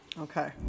Okay